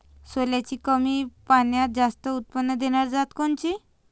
सोल्याची कमी पान्यात जास्त उत्पन्न देनारी जात कोनची?